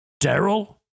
Daryl